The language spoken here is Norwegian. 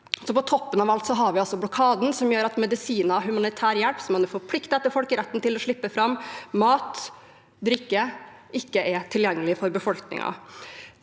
På toppen av alt har vi blokaden, som gjør at medisiner og humanitær hjelp, som man er forpliktet etter folkeretten til å slippe fram – mat, drikke – ikke er tilgjengelig for befolkningen.